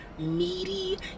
meaty